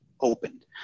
opened